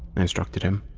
i instructed him,